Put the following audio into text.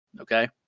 okay